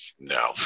No